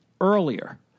earlier